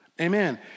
amen